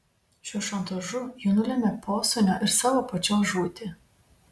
šiuo šantažu ji nulemia posūnio ir savo pačios žūtį